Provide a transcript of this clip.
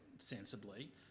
sensibly